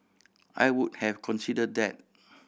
I would have considered that